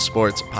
Sports